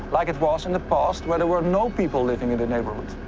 like it was in the past when there were no people living in the neighborhood.